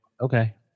okay